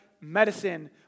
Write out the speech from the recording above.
medicine